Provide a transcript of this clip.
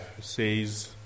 says